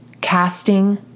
casting